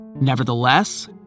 Nevertheless